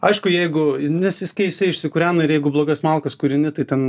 aišku jeigu nes jis kai jisai išsikūrena ir jeigu blogas malkas kūreni tai ten